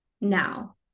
now